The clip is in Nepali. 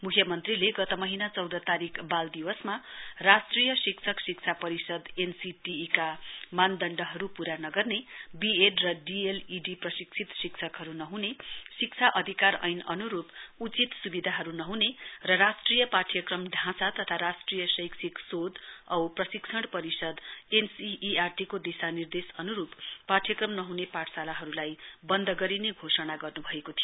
मुख्यमन्त्रीले गत महीना चौध तारीक बाल दिवसमा राष्ट्रिय शिक्षक शिक्षा परिषद एनसिटिई का मानदण्डहरू पूरा नगर्ने बीएड र डी इ आईएड प्रशिक्षित शिक्षकहरू नहुने शिक्षा अधिकार ऐन अनुरूप उचित सुबिधाहरू नहुने र राष्ट्रिय पाठ्यक्रम ढाँचा तथा राष्ट्रिय शैक्षिक शोध तथा प्रशिक्षण परिषद एनसिइआर टी को दिशानिर्देश अनुरूप पाठ्यक्रम नहुने पाठशालाहरूलाई बन्द गरिने घोषणा गर्नुभएको थियो